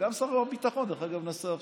וגם שר הביטחון, דרך אגב, הוא נסע עכשיו,